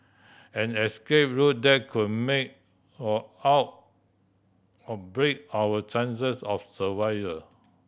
an escape route that could make or out or break our chances of survival